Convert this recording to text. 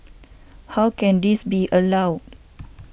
how can this be allowed